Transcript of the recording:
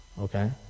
Okay